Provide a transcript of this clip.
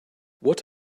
what